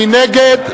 מי נגד?